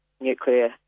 nuclear